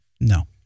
No